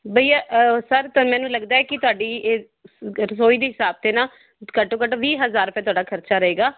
ਬਈ ਹੈ ਸਰ ਤਾਂ ਮੈਨੂੰ ਲੱਗਦਾ ਕੀ ਤੁਹਾਡੀ ਇਹ ਰਸੋਈ ਦੀ ਹਿਸਾਬ ਅਤੇ ਨਾ ਘੱਟੋ ਘੱਟ ਵੀਹ ਹਜ਼ਾਰ ਰੁਪਇਆ ਤੁਹਾਡਾ ਖਰਚਾ ਰਹੇਗਾ